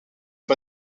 une